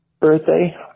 birthday